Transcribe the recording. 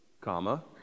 comma